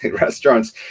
restaurants